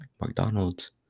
McDonald's